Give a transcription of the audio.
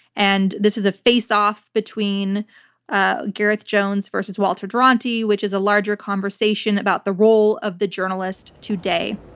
and this is a face off between ah gareth jones versus walter duranty, which is a larger conversation about the role of the journalist today.